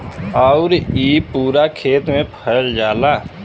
आउर इ पूरा खेत मे फैल जाला